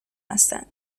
هستند